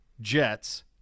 jets